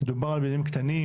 דובר על בניינים קטנים,